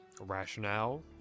rationale